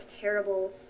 terrible